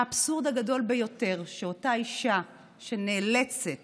האבסורד הגדול ביותר הוא שאותה אישה היא שנאלצת